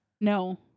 No